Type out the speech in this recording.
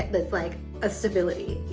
that's like a stability, you